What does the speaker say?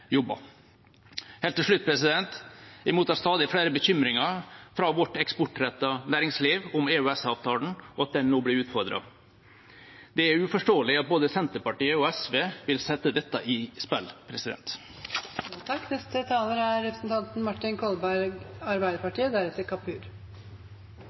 Helt til slutt: Jeg mottar stadig flere bekymringer fra vårt eksportrettede næringsliv om EØS-avtalen og at den nå blir utfordret. Det er uforståelig at både Senterpartiet og SV vil sette dette i spill.